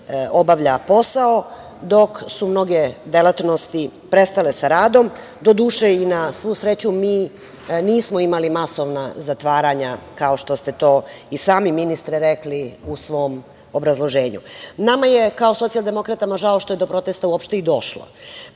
obavlja posao, dok su mnoge delatnosti prestale sa radom, doduše, i na svu sreću, mi nismo imali masovna zatvaranja, kao što ste to i sami, ministre, rekli u svom obrazloženju. Nama je kao socijaldemokratama žao što je do protesta uopšte i došlo.